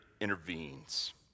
intervenes